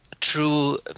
True